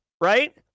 right